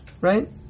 Right